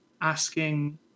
asking